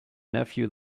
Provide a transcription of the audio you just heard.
nephew